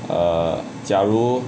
err 假如